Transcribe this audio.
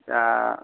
दा